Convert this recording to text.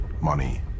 money